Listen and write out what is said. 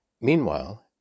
Meanwhile